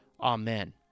Amen